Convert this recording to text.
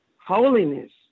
Holiness